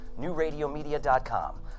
NewRadioMedia.com